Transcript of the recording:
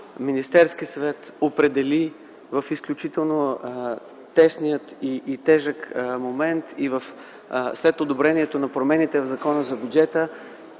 Министерският съвет определи - в изключително тесния и тежък момент и след одобрението на промените в Закона за бюджета